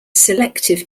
selective